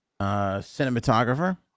cinematographer